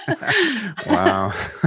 Wow